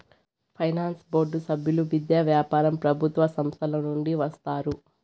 finance board సభ్యులు విద్య, వ్యాపారం ప్రభుత్వ సంస్థల నుండి వస్తారు